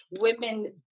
women